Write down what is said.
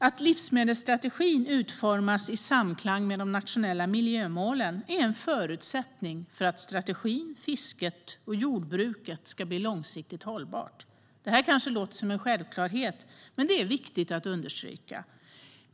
Att livsmedelsstrategin utformas i samklang med de nationella miljömålen är en förutsättning för att strategin, fisket och jordbruket ska bli långsiktigt hållbart. Det här kanske låter som en självklarhet, men det är viktigt att understryka.